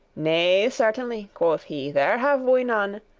nay, certainly, quoth he, there have we none,